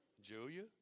Julia